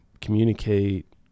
communicate